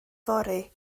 fory